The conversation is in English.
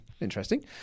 interesting